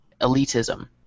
elitism